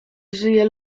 żyje